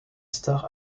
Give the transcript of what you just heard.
star